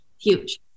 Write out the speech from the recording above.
huge